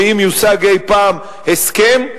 אם יושג אי-פעם הסכם.